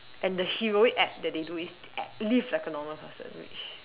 and the heroic act that they do is act~ live like a normal person which